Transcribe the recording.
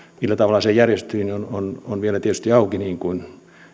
millä tavalla se järjestyy on on vielä tietysti auki niin kuin